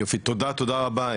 תודה רבה,